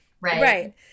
right